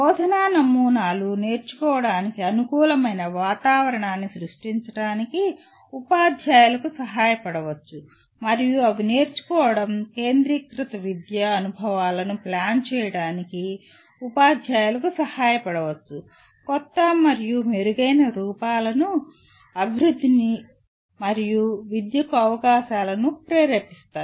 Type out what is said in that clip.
బోధనా నమూనాలు నేర్చుకోవటానికి అనుకూలమైన వాతావరణాన్ని సృష్టించడానికి ఉపాధ్యాయులకు సహాయపడవచ్చు మరియు అవి నేర్చుకోవడం కేంద్రీకృత విద్యా అనుభవాలను ప్లాన్ చేయడానికి ఉపాధ్యాయులకు సహాయపడవచ్చు కొత్త మరియు మెరుగైన రూపాల అభివృద్ధిని మరియు విద్యకు అవకాశాలను ప్రేరేపిస్తాయి